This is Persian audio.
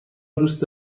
دوست